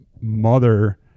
mother